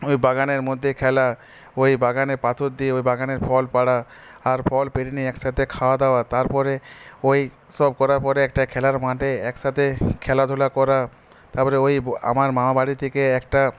ওই বাগানের মধ্যে খেলা ওই বাগানে পাথর দিয়ে ওই বাগানে ফল পাড়া আর ফল পেড়ে নিয়ে একসাথে খাওয়া দাওয়া তারপরে ওইসব করার পরে একটা খেলার মাঠে একসাথে খেলাধুলা করা তারপরে ওই আমার মামারবাড়ি থেকে একটা